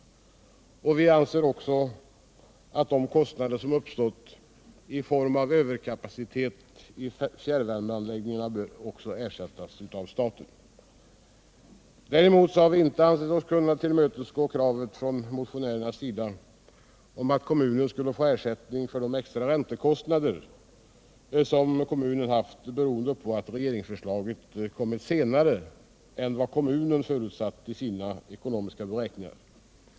Vi anser att också de kostnader som uppstått i form av överkapacitet i fjärrvärmeanläggningarna bör ersättas av staten. Däremot har vi inte ansett oss kunna tillmötesgå kravet från motionärernas sida på att kommunen skulle få ersättning för de extra räntekostnader som kommunen haft beroende på att regeringsförslaget kommit senare än vad kommunen förutsatt vid sina ekonomiska beräkningar.